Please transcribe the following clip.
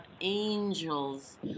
angels